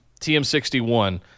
TM61